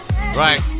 Right